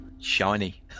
Shiny